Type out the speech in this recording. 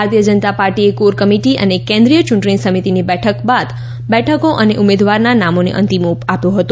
ભારતીય જનતા પાર્ટીએ કોર કમિટી અને કેન્દ્રિય યૂંટણી સમિતીની બેઠક બાદ બેઠક અને ઉમેદવારના નામોને અંતિમ ઓપ આપ્યો હતો